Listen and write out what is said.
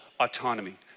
autonomy